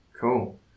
Cool